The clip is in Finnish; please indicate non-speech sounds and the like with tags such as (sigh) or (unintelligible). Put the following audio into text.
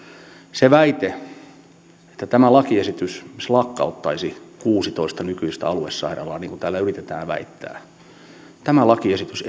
se väite että tämä lakiesitys lakkauttaisi kuusitoista nykyistä aluesairaalaa niin kuin täällä yritetään väittää tämä lakiesitys (unintelligible)